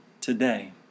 today